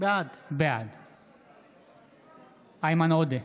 בעד איימן עודה,